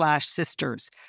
sisters